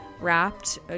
wrapped